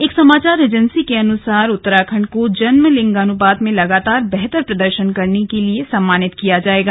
एक समाचार एजेंसी के अनुसार उत्तराखंड को जन्म लिंगानुपात में लगातार बेहतर प्रदर्शन करने के लिए सम्मानित किया जाएगा